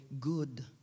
good